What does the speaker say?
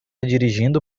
dirigindo